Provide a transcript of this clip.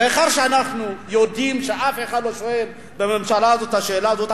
מאחר שאנחנו יודעים שאף אחד בממשלה הזאת לא שואל את השאלה הזאת,